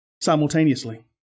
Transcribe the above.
simultaneously